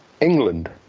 England